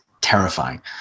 terrifying